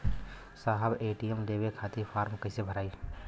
साहब ए.टी.एम लेवे खतीं फॉर्म कइसे भराई?